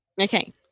Okay